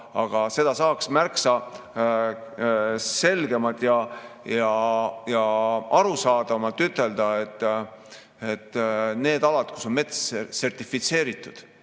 aga seda saaks märksa selgemalt ja arusaadavamalt ütelda: need alad, kus on mets sertifitseeritud.